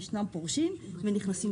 ישנם כאלה שפורשים ואחרים שנכנסים.